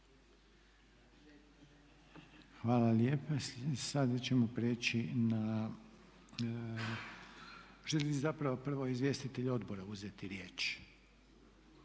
Hvala lijepa. Sada ćemo prijeći na, želi li zapravo prvo izvjestitelj odbora uzeti riječ?